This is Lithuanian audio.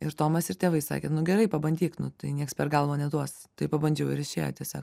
ir tomas ir tėvai sakė nu gerai pabandyk nu tai nieks per galvą neduos tai pabandžiau ir išėjo tiesiog